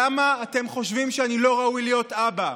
למה אתה חושב שאני לא ראוי להיות אבא?